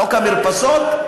חוק המרפסות?